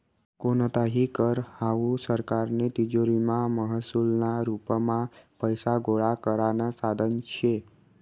कोणताही कर हावू सरकारनी तिजोरीमा महसूलना रुपमा पैसा गोळा करानं साधन शे